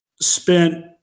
spent